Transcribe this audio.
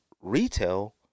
Retail